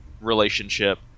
relationship